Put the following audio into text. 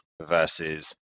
versus